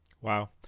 Wow